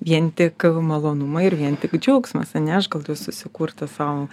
vien tik malonumai ir vien tik džiaugsmas ane aš galiu susikurti sau